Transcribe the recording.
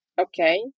Okay